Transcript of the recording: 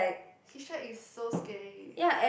hitch-hike is so scary